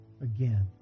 Again